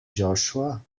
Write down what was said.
joshua